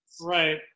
Right